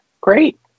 Great